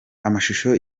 amashusho